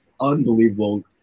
unbelievable